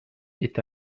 est